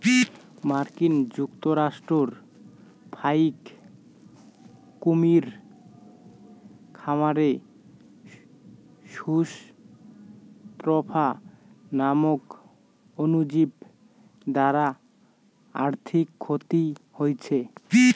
মার্কিন যুক্তরাষ্ট্রর ফাইক কুমীর খামারে সুস স্ক্রফা নামক অণুজীব দ্বারা আর্থিক ক্ষতি হইচে